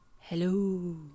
hello